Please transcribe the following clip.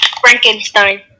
Frankenstein